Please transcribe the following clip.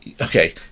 okay